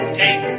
take